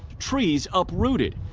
trees uprooted,